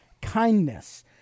kindness